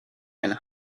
and